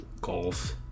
Golf